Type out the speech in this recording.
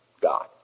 God